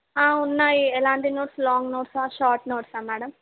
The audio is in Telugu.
ఉన్నాయి ఎలాంటి నోట్స్ లాంగ్ నోట్సా షార్ట్ నోట్సా మ్యాడమ్